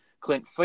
Clint